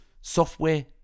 software